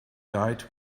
died